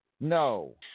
No